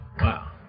Wow